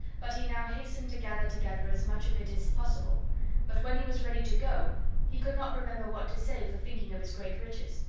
but he now hastened to gather together as much of it as possible but when he was ready to go he could not remember what to say for thinking of his great riches.